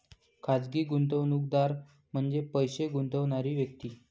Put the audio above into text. खाजगी गुंतवणूकदार म्हणजे पैसे गुंतवणारी व्यक्ती